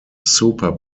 super